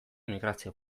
migrazio